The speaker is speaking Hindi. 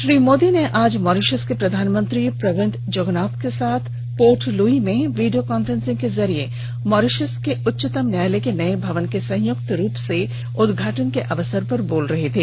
श्री मोदी ने आज मॉरीशस के प्रधानमंत्री प्रविन्द जुगनॉथ के साथ पोर्ट लुइस में वीडियो कांफ्रेसिंग के जरिए मॉरीशस के उच्चतम न्यायालय के नये भवन के संयुक्त रूप से उदघाटन के अवसर पर बोल रहे थे